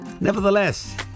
Nevertheless